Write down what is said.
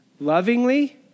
Lovingly